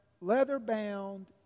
leather-bound